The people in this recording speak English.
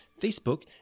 Facebook